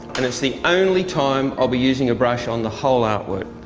and it's the only time i'll be using a brush on the whole art work.